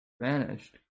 vanished